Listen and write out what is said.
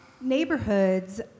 neighborhoods